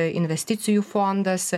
investicijų fondas